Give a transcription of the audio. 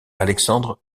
alexandre